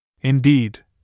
Indeed